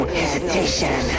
hesitation